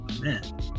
man